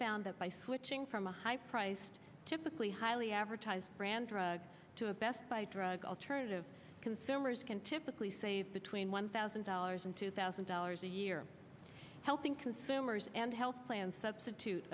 found that by switching from a high priced typically highly advertised brand drug to a best buy drug alternative consumers can typically save between one thousand dollars and two thousand dollars a year helping consumers and health plans substitute